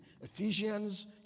Ephesians